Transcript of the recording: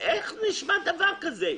איך נשמע דבר כזה?